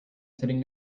sitting